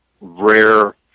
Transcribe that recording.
rare